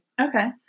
Okay